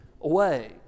away